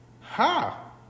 ha